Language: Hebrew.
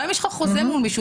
גם אם יש חוזה מול מישהו,